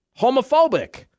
homophobic